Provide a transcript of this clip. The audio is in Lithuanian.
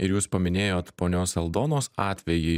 ir jūs paminėjot ponios aldonos atvejį